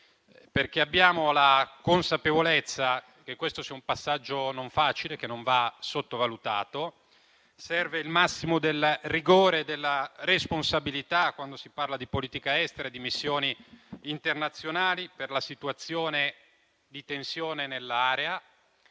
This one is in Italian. impegni. Abbiamo la consapevolezza che questo sia un passaggio non facile, che non va sottovalutato. Serve il massimo del rigore e della responsabilità quando si parla di politica estera e di missioni internazionali: per la situazione di tensione nell'area;